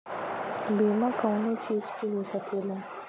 बीमा कउनो चीज के हो सकेला